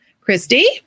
Christy